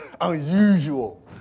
Unusual